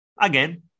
Again